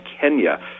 kenya